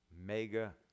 mega